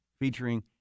featuring